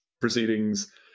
proceedings